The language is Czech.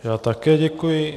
Já také děkuji.